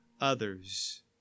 others